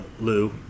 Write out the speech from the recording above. Lou